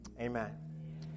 Amen